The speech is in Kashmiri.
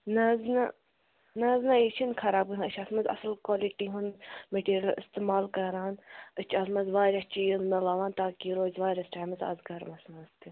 نہَ حظ نہَ نہَ حظ نہَ یہِ چھِنہٕ خراب گژھان أسۍ چھِ اَتھ منٛز اَصٕل کالِٹی ہُنٛد میٹیٖریَل اِستعمال کَران أسۍ چھِ اَتھ منٛز واریاہ چیٖز مِلاوان تاکہِ یہِ روزِ واریاہَس ٹایمَس اَز گرمَس منٛز تہِ